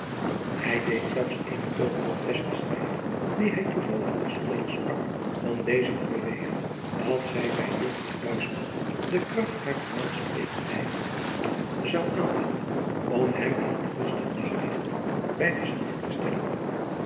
ij deed zelfs eene poging op die hij toevallig afzonderlijk sprak om deze te bewegen dat zij bij uffrouw de kracht harer welsprekendheid zou aanwenden om hem in een gunstig daglicht bij dezelve te stellen